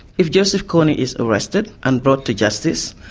if joseph kony is arrested and brought to justice,